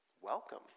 welcome